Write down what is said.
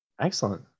Excellent